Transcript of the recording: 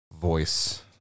voice